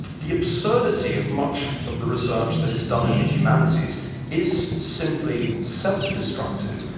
the absurdity of much of the research that is done in the humanities is simply self-destructive.